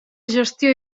gestió